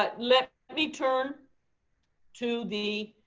but let me turn to the